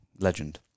Legend